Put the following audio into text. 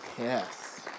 Yes